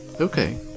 Okay